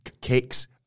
kicks